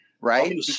Right